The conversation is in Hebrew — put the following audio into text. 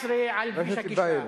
על כביש הגישה.